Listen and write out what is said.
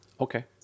Okay